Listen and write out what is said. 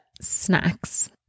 snacks